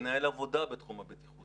מנהל עבודה בתחום הבטיחות.